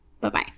bye-bye